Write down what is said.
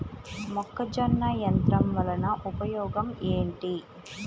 మొక్కజొన్న యంత్రం వలన ఉపయోగము ఏంటి?